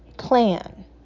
plan